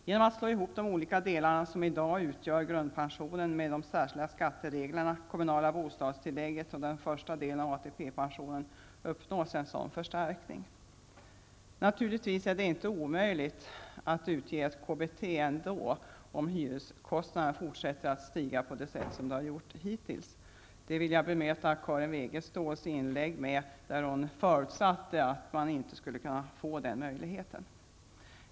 Genom att slå ihop de olika delar som i dag utgör grundpensionen med de särskilda skattereglerna, kommunala bostadstillägget och med den första delen av ATP-pensionen uppnås en sådan förstärkning. Det är naturligtvis inte omöjligt att ändå utbetala KBT, om hyreskostnaderna fortsätter att stiga på det sätt som de hittills har gjort. Med detta vill jag bemöta Karin Wegestål som i sitt inlägg förutsatte att denna möjlighet inte skulle ges.